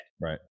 Right